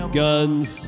guns